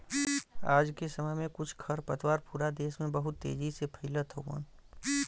आज के समय में कुछ खरपतवार पूरा देस में बहुत तेजी से फइलत हउवन